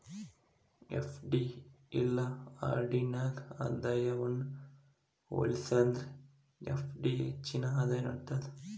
FD ಇಲ್ಲಾ RD ನ್ಯಾಗ ಆದಾಯವನ್ನ ಹೋಲಿಸೇದ್ರ ಎಫ್.ಡಿ ಹೆಚ್ಚಿನ ಆದಾಯ ನೇಡ್ತದ